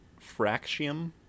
Fractium